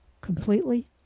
completely